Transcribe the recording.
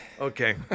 okay